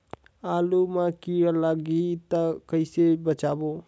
आलू मां कीड़ा लाही ता कइसे बचाबो?